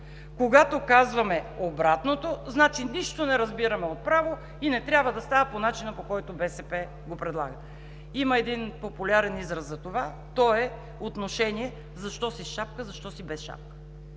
Когато казваме обратното, значи, че нищо не разбираме от право и не трябва да става по начина, по който БСП го предлага. Има един популярен израз за това, а то е отношение: защо си със шапка, защо си без шапка?